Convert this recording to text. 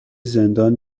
زندان